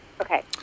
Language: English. Okay